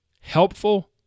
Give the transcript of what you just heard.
helpful